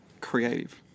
creative